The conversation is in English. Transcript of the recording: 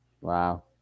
Wow